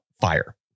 fire